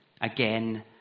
again